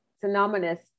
synonymous